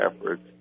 efforts